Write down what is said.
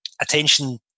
attention